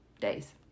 days